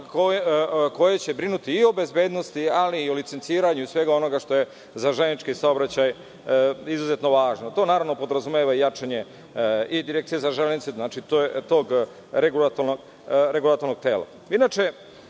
koje će brinuti i o bezbednosti, ali i o licenciranju svega onoga što je za železnički saobraćaj izuzetno važno. To naravno podrazumeva jačanje i Direkcija za železnice, tog regulatornog